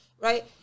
right